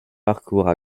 parcourent